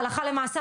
הלכה למעשה.